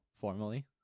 formally